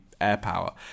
AirPower